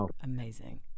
amazing